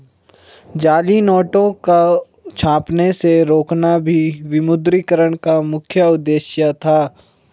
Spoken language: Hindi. जाली नोटों को छपने से रोकना भी विमुद्रीकरण का मुख्य उद्देश्य था